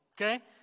Okay